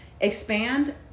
expand